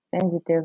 sensitive